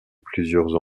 plusieurs